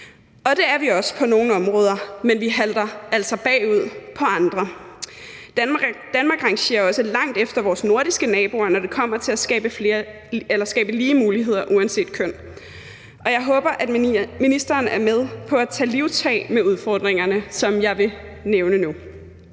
og det er vi også på nogle områder, men vi halter altså bagud på andre områder. Danmark rangerer også langt efter vores nordiske naboer, når det kommer til at skabe lige muligheder uanset køn, og jeg håber, at ministeren er med på at tage livtag med udfordringerne, som jeg vil nævne nu.